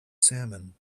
salmon